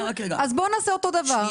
אז בוא נעשה אותו דבר.